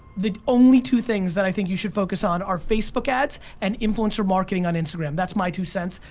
the only two things that i think you should focus on are facebook ads and influencer marketing on instagram. that's my two cents.